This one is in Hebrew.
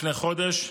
לפני חודש,